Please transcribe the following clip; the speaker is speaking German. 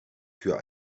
für